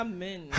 Amen